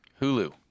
Hulu